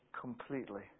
completely